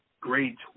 great